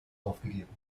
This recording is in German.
aufgegeben